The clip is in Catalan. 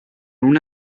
una